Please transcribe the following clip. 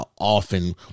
often